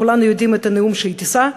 כולנו יודעים מה הנאום שהיא תישא,